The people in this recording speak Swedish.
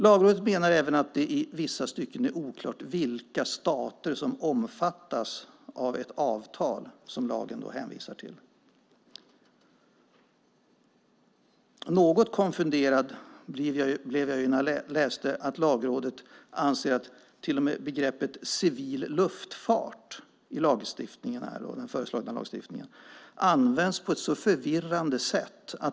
Lagrådet menar även att det i vissa stycken är oklart vilka stater som omfattas av ett avtal som lagen hänvisar till. Något konfunderad blev jag när jag läste att Lagrådet anser att till och med begreppet civil luftfart används på ett förvirrande sätt i den föreslagna lagstiftningen.